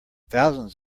thousands